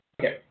Okay